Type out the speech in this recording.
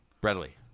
Bradley